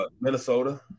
Minnesota